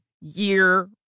year